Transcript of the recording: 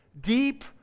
deep